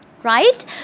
right